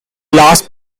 large